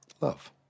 Love